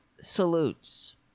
salutes